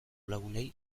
lagunei